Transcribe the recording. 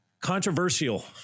controversial